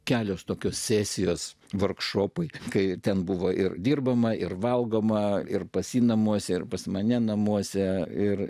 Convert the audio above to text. kelios tokios sesijos varkšopui kai ten buvo ir dirbama ir valgoma ir pas jį namuose ir pas mane namuose ir